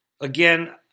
Again